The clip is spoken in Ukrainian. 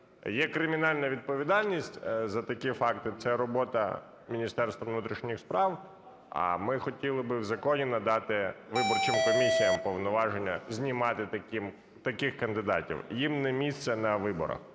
Є кримінальна відповідальність за такі факти, це робота Міністерства внутрішніх справ, а ми хотіли би в законі надати виборчим комісіям повноваження знімати таких кандидатів. Їм не місце на виборах.